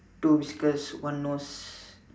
two whiskers one nose